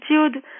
attitude